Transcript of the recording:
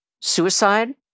suicide